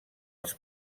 els